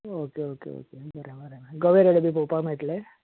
okay okay okay बरें हां बरें हां गवे रेडे बी पळोवपा मेळटले